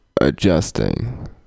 Adjusting